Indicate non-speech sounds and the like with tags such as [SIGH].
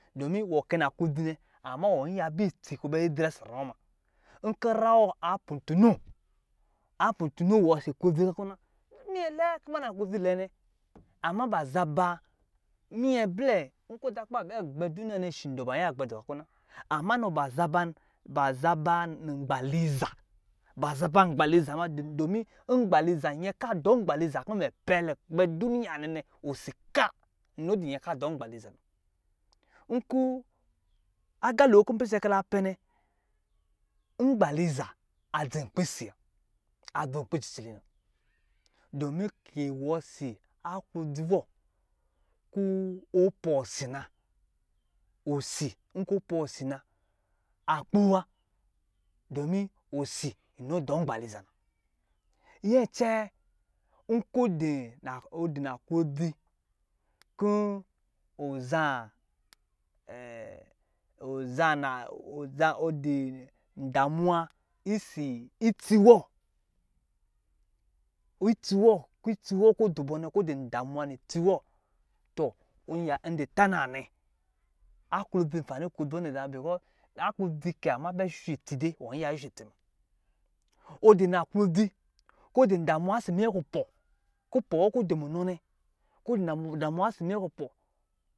Dɔmin wɔ kɛ na klodzi ɛ nɛ amma wɔ iya bɛ tsi kɔ drɛ sɔ ra wɔ ma. Nkɔ̄ ra wɔ a putuno, a putuno wɔ sɔ klodzi wɔ kɔna, minyɛ lɛɛ kɔ̄ ba naklodzi lɛɛnɛ, amma ba zabaa, minyɛ blɛ nkɔ̄ ta kɔ̄ ba gbɛ duniya nɛ shi ba iya gbɛ dɔɔ ga kɔ na, amma ba zaban, ba zabaa ngbaliiza, ba zabaa ngbaliiza ma domin ngbaliiza, nyɛ kaa dɔ ngbaliiza kɔ̄ mɛ pɛ lukpɛ uniya a nɛ nɛ osi ka, inɔ dɔ nyɛ ka dɔ ngbaliiza na. Nkɔ̄, aga lo kɔ̄ n pisɛ ki la pɛ nɛ, ngbaliiza a dzi nkpi si, a dzoo nkpi jijili na, domin ka wɔ sii aklɔdzi wɔ kɔ̄ ɔ̄ pɔ si na, osi, nkɔ̄ pɔ si na, a kpoo wa, dɔmin osi nɔ dɔ ngbaliiza na. Nyɛ cɛɛ, nkɔ̄ diui na ɔ di na, klodzi, kɔ̄ ɔ zan [HESITATION] ɔ zan naa [HESITATION] ɔ dii damuwa ɛsii itsi wɔ, itsi wɔ, kɔ itsi wɔ kɔ dɔ bɔ nɛ kɔ̄ din danuwa itsi wɔ, tɔ, nya n din tana nɛ aklodzi nfani klodzi wɔ zaa ma [UNINTELLIGIBLE] aklodzi kɛ amma bɛ shɔ itsi dɛ wɔ iya shushɔ̄ itsi ma ɔ di na klodzi, kɔ̄ di damuwa ɔsɔ̄ minyɛ kupɔ̄, kupɔ̄ wɔ kɔ̄ dɔ munɔ nɛ, kɔ̄ di damuwa ɔsɔ̄ minyɛ kupɔ̄